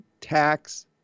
tax